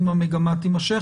אם המגמה תימשך.